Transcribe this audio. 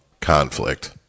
conflict